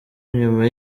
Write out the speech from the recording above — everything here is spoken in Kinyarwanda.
nyuma